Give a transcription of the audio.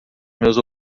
meus